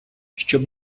щоб